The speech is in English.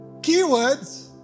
keywords